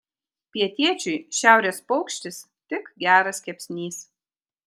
pietiečiui šiaurės paukštis tik geras kepsnys